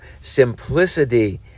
simplicity